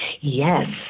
Yes